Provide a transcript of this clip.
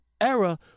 era